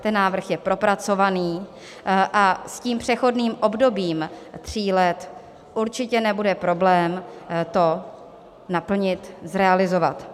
Ten návrh je propracovaný a s přechodným obdobím tří let určitě nebude problém to naplnit, zrealizovat.